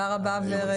תודה רבה, ורד.